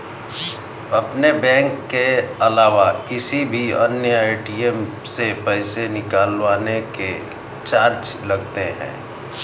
अपने बैंक के अलावा किसी अन्य ए.टी.एम से पैसे निकलवाने के चार्ज लगते हैं